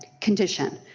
condition.